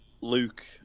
Luke